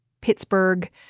Pittsburgh